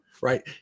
right